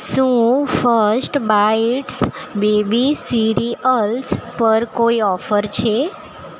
શું first bites baby cereals પર કોઈ ઓફર છે